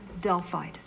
delphi